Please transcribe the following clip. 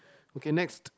okay next